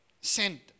sent